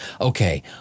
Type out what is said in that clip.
okay